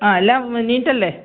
ആ എല്ലാം നീറ്റല്ലേ